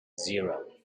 zero